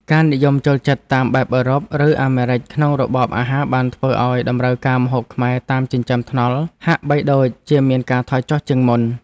ការនិយមចូលចិត្តតាមបែបអឺរ៉ុប ឬអាមេរិកក្នុងរបបអាហារបានធ្វើឲ្យតម្រូវការម្ហូបខ្មែរតាមចិញ្ចើមថ្នល់ហាក់បីដូចជាមានការថយចុះជាងមុន។